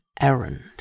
errand